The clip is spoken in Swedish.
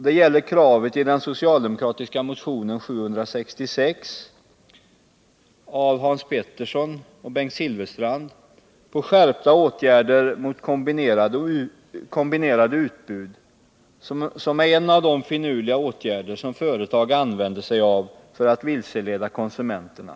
Det gäller kravet i den socialdemokratiska motionen 766 av Hans Pettersson i Helsingborg och Bengt Silfverstrand på skärpta åtgärder mot kombinerade utbud, som är en av de finurliga åtgärder som företagen använder sig av för att vilseleda konsumenterna.